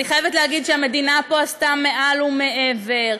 אני חייבת להגיד שהמדינה פה עשתה מעל ומעבר,